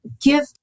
give